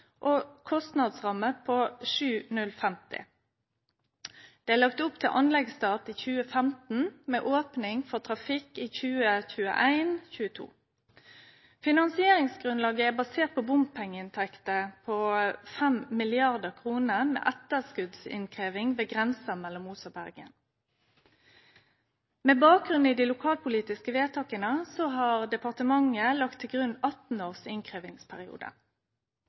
og ei kostnadsramme på 7,05 mrd. kr. Det er lagt opp til anleggsstart i 2015, med opning for trafikk i 2021–2022. Finansieringsgrunnlaget er basert på bompengeinntekter på 5 mrd. kr, med etterskotsinnkrevjing ved grensa mellom Os og Bergen. Med bakgrunn i dei lokalpolitiske vedtaka har departementet lagt til grunn 18 års